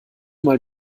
mal